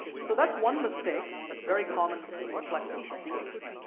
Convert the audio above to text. so that's one mistake that's very common with reflexive pronouns.